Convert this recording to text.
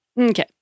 Okay